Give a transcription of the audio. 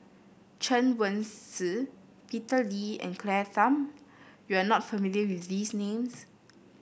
Chen Wen Hsi Peter Lee and Claire Tham you are not familiar with these names